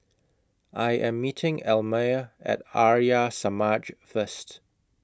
I Am meeting Elmire At Arya Samaj First